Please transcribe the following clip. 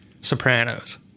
Sopranos